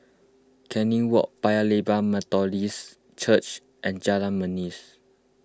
Canning Walk Paya Lebar Methodist Church and Jalan Manis